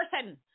person